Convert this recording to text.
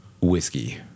whiskey